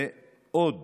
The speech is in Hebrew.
ועוד